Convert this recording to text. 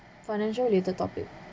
financial related topic